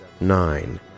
nine